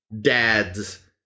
dads